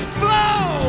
flow